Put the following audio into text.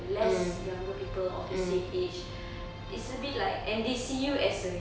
less younger people of the same age it's a bit like and they see you as a